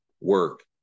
work